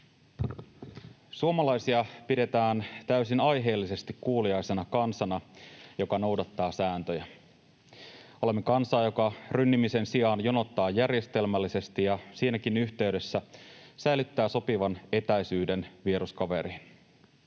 Suomalaisia pidetään täysin aiheellisesti kuuliaisena kansana, joka noudattaa sääntöjä. Olemme kansaa, joka rynnimisen sijaan jonottaa järjestelmällisesti ja siinäkin yhteydessä säilyttää sopivan etäisyyden vieruskaveriin.